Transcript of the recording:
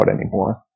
anymore